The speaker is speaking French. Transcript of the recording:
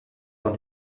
dans